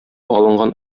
алынган